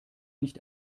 nicht